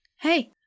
hey